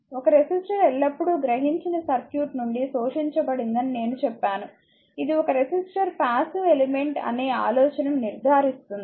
ఒక రెసిస్టర్ ఎల్లప్పుడూ గ్రహించిన సర్క్యూట్ నుండి శోషించబడిందని నేను చెప్పాను ఇది ఒక రెసిస్టర్ పాసివ్ ఎలిమెంట్ అనే ఆలోచనను నిర్ధారిస్తుంది